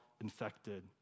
infected